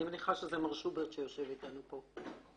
אני מניחה שזה מר שוברט, שיושב איתנו פה.